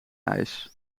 ijs